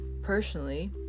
personally